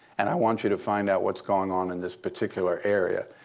and i want you to find out what's going on in this particular area.